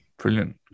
brilliant